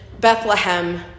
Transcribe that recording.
Bethlehem